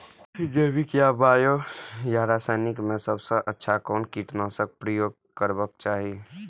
जैविक या बायो या रासायनिक में सबसँ अच्छा कोन कीटनाशक क प्रयोग करबाक चाही?